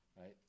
right